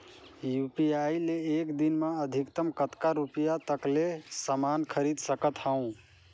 UPI ले एक दिन म अधिकतम कतका रुपिया तक ले समान खरीद सकत हवं?